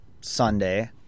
Sunday